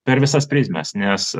per visas prizmes nes